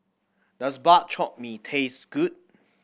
does Bak Chor Mee taste good